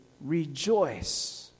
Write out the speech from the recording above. rejoice